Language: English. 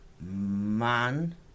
Man